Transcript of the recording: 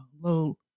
low